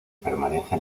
permanece